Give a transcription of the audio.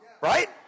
Right